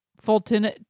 Fulton